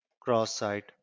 cross-site